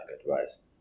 advice